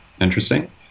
interesting